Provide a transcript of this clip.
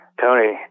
Tony